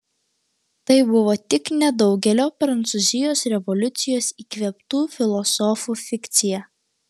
tai buvo tik nedaugelio prancūzijos revoliucijos įkvėptų filosofų fikcija